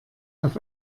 auf